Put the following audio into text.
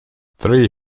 three